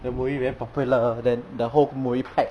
the movie very popular then the whole movie packed